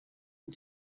and